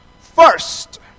First